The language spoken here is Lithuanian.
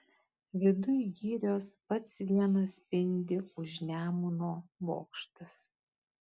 viduj girios pats vienas spindi už nemuno bokštas